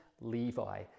Levi